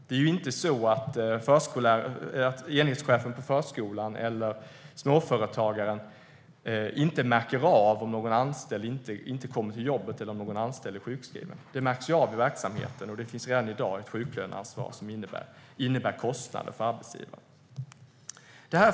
Det är inte så att enhetschefen på förskolan eller småföretagaren inte märker av om någon anställd inte kommer till jobbet eller om någon anställd är sjukskriven. Det märks i verksamheten, och det finns redan i dag ett sjuklöneansvar som innebär kostnader för arbetsgivaren.